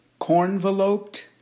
Cornveloped